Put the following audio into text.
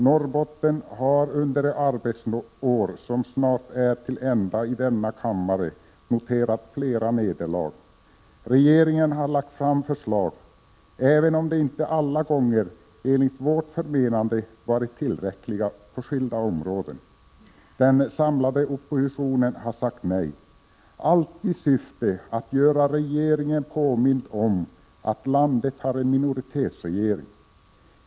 Norrbotten har, under det arbetsår som snart är till ända, i denna kammare noterat flera nederlag. Regeringen har lagt fram förslag, även om de inte enligt vårt förmenande varit tillräckliga, på skilda områden. Den samlade oppositionen har sagt nej, allt i syfte att göra regeringen påmind om att landet har en minoritetsregering.